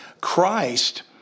Christ